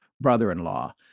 brother-in-law